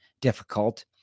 difficult